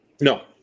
No